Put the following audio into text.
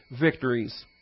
victories